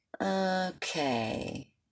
Okay